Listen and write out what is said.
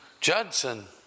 Judson